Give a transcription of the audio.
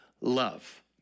love